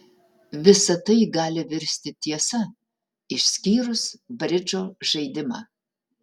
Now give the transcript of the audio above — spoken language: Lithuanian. visa tai gali virsti tiesa išskyrus bridžo žaidimą